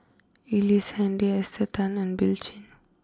Ellice Handy Esther Tan and Bill Chen